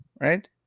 right